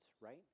right